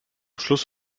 schluss